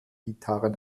gitarren